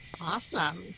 Awesome